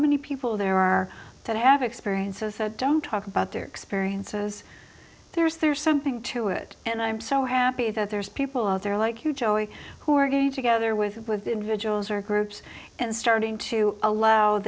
many people there are that have experiences so don't talk about their experiences there's there's something to it and i'm so happy that there's people out there like you joy who are getting together with individuals or groups and starting to allow